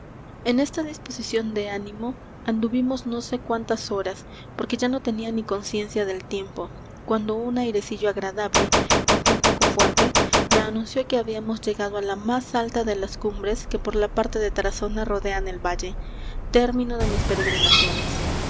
en esta disposición de ánimo anduvimos no sé cuántas horas porque ya no tenía ni conciencia del tiempo cuando un airecillo agradable aunque un poco fuerte me anunció que habíamos llegado á la más alta de las cumbres que por la parte de tarazona rodean el valle término de mis peregrinaciones